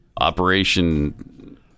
Operation